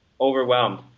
overwhelmed